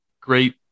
great